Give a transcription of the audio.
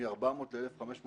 מ-400 ל-1,500 אוטובוסים,